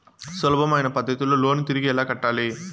సులభమైన పద్ధతిలో లోను తిరిగి ఎలా కట్టాలి